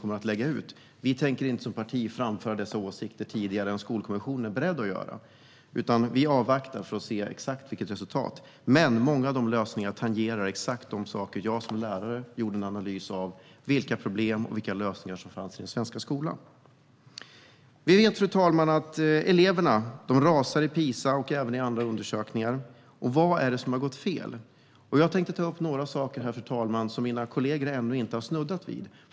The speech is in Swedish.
Sverigedemokraterna tänker inte som parti framföra dessa åsikter tidigare än Skolkommissionen är beredd att göra. Vi avvaktar för att se det exakta resultatet, men många av lösningarna tangerar exakt de saker jag som lärare i min analys har kommit fram till är problemen och lösningarna i den svenska skolan. Fru talman! Elevernas resultat rasar i PISA-undersökningar och även i andra undersökningar. Vad är det som har gått fel? Jag tänkte ta upp några saker som mina kollegor ännu inte har snuddat vid.